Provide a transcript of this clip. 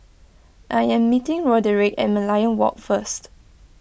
I am meeting Roderic at Merlion Walk first